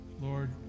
Lord